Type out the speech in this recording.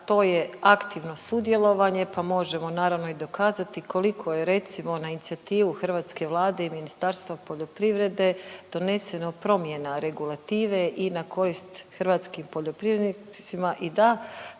to je aktivno sudjelovanje pa možemo naravno i dokazati koliko je recimo na inicijativu hrvatske Vlade i Ministarstva poljoprivrede doneseno promjena regulative i na korist hrvatskim poljoprivrednicima. I da,